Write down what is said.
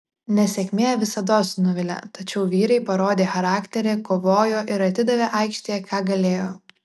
nesėkmė visados nuvilia tačiau vyrai parodė charakterį kovojo ir atidavė aikštėje ką galėjo